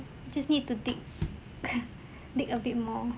just need to dig dig a bit more